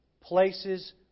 places